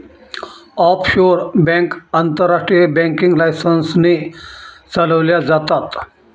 offshore bank आंतरराष्ट्रीय banking licence ने चालवल्या जातात